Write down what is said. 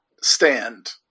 stand